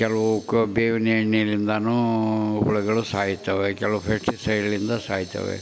ಕೆಲವು ಕೊ ಬೇವಿನ ಎಣ್ಣೆಯಿಂದನೂ ಹುಳುಗಳು ಸಾಯ್ತವೆ ಕೆಲವು ಫೆಸ್ಟಿಸೈಡಿಂದ ಸಾಯ್ತವೆ